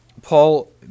Paul